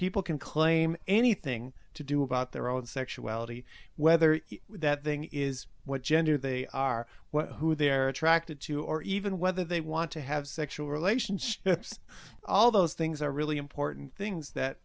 people can claim anything to do about their own sexuality whether that thing is what gender they are what who they are attracted to or even whether they want to have sexual relationships all those things are really important things that